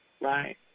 right